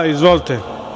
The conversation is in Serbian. Izvolite.